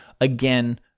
again